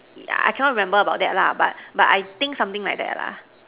yeah I cannot remember about that lah but but I think something like that lah